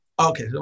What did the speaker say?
Okay